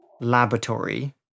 laboratory